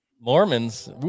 Mormons